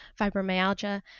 fibromyalgia